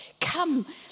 come